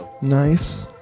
Nice